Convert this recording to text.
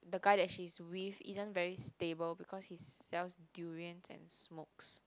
the guy that she's with isn't very stable because he sells durian and smokes